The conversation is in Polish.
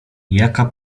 jaka